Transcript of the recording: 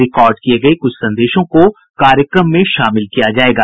record किए गए कुछ संदेशों को कार्यक्रम में शामिल किया जाएगा